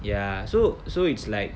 ya so so it's like